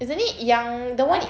isn't it yang the one